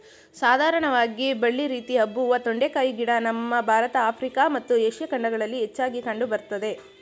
ಸಾಧಾರಣವಾಗಿ ಬಳ್ಳಿ ರೀತಿ ಹಬ್ಬುವ ತೊಂಡೆಕಾಯಿ ಗಿಡ ನಮ್ಮ ಭಾರತ ಆಫ್ರಿಕಾ ಮತ್ತು ಏಷ್ಯಾ ಖಂಡಗಳಲ್ಲಿ ಹೆಚ್ಚಾಗಿ ಕಂಡು ಬರ್ತದೆ